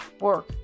work